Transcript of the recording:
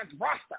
roster